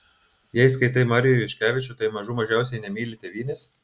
jei skaitai marių ivaškevičių tai mažų mažiausiai nemyli tėvynės